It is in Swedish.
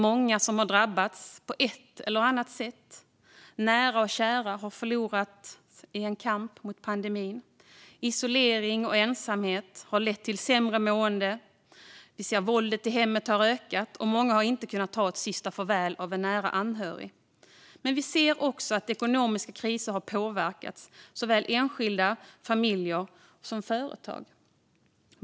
Många har drabbats på ett eller annat sätt. Nära och kära har förlorats i kampen mot pandemin. Isolering och ensamhet har lett till sämre mående. Vi ser att våldet i hemmet har ökat, och många har inte kunnat ta ett sista farväl av en nära anhörig. Men vi ser också att ekonomiska kriser har påverkat såväl enskilda och familjer som företag.